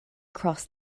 crossed